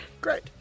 Great